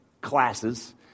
classes